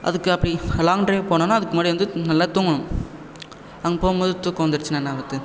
அதுக்கு அப்படி long drive போகணுன்னா அதுக்கு முன்னாடி வந்து நல்லா தூங்கணும் அங்கே போகும் போது தூக்கம் வந்துடுச்சுன்னா என்ன ஆகிறது